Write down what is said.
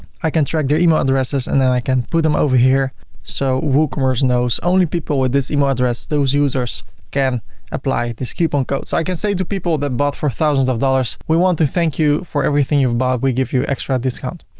i can track their email addresses and then i can put them over here so woocommerce knows only people with this email address, those users can apply this coupon code. so i can say to people that bought for thousands of dollars, we want to thank you for everything you've bought, we give you extra discount.